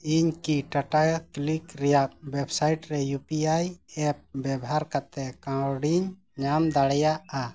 ᱤᱧ ᱠᱤ ᱨᱮᱭᱟᱜ ᱨᱮ ᱵᱮᱵᱚᱦᱟᱨ ᱠᱟᱛᱮᱫ ᱠᱟᱹᱣᱰᱤᱧ ᱧᱟᱢ ᱫᱟᱲᱮᱭᱟᱜᱼᱟ